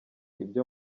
ibyo